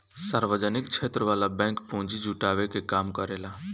सार्वजनिक क्षेत्र वाला बैंक पूंजी जुटावे के काम करेला